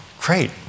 great